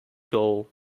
goal